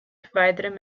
verwijderen